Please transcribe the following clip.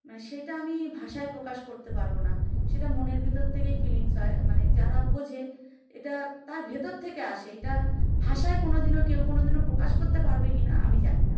মানে সেটা আমি ভাষায় প্রকাশ করতে পারবো না সেটা মনের ভেতর থেকেই ফিলিংস হয় মানে যারা বোঝে এটা তার ভেতর থেকে আসে এটা ভাষায় কোনো দিনও কেউ কোনো দিনও প্রকাশ করতে পারবে কি না আমি জানি না